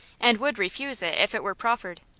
and would refuse it if it were proffered.